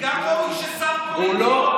גם ראוי ששר פוליטי יקבע מדיניות?